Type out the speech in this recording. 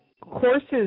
courses